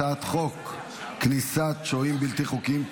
הצעת חוק כניסת שוהים בלתי חוקיים,